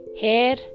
hair